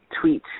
tweet